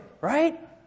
right